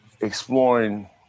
Exploring